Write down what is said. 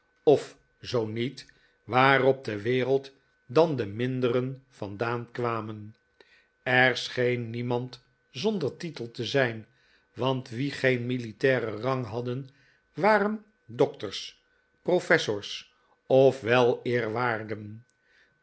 of zoo niet waar op de wereld dan de minderen vandaan kwamen er scheen niemand zonder titel te zijn want wie geen militairen rang hadden waren doctors professors of